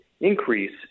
increase